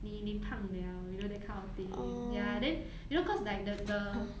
你你胖 liao you know that kind of thing ya then you know cause like the the